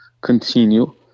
continue